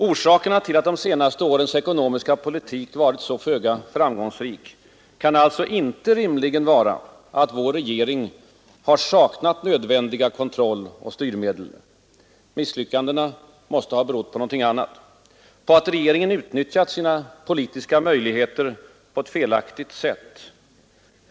Orsakerna till att de senaste årens ekonomiska politik varit så föga framgångsrik kan alltså inte rimligen vara att vår regering har saknat nödvändiga kontrolloch styrmedel. Misslyckandet måste ha berott på någonting annat — på att regeringen utnyttjat sina politiska möjligheter på ett felaktigt sätt.